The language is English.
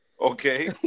Okay